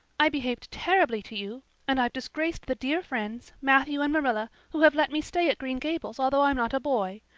i behaved terribly to you and i've disgraced the dear friends, matthew and marilla, who have let me stay at green gables although i'm not a boy.